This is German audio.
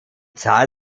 zahl